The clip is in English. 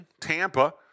Tampa